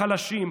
החלשים,